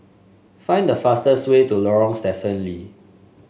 find the fastest way to Lorong Stephen Lee